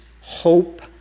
hope